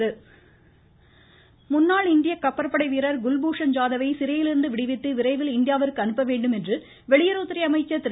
ம் ம் ம் ம் ம் ம குல்பூஷன் முன்னாள் இந்திய கப்பற்படை வீரர் குல்பூஷன் ஜாதவை சிறையிலிருந்து விடுவித்து விரைவில் இந்தியாவிற்கு அனுப்ப வேண்டும் என்று வெளியுறவுத்துறை அமைச்சர் திரு